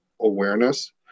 awareness